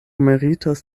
meritas